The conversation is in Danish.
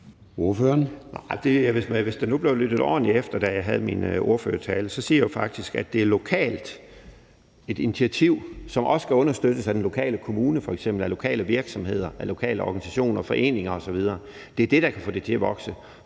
hvis der nu blev lyttet ordentligt efter, da jeg havde min ordførertale, så sagde jeg faktisk, at det er et lokalt initiativ, som også skal understøttes af f.eks. den lokale kommune, af lokale virksomheder, af lokale organisationer og foreninger osv. Det er det, der kan få det til at vokse,